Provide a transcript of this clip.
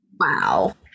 wow